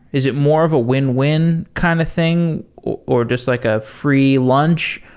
is it more of a win-win kind of thing, or just like a free lunch?